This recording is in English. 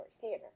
Theater